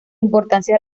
importancia